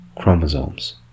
chromosomes